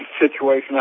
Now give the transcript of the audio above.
situation